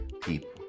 people